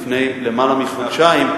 לפני למעלה מחודשיים.